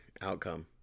outcome